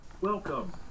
Welcome